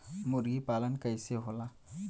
मुर्गी पालन कैसे होला?